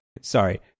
Sorry